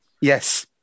yes